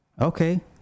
Okay